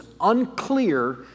unclear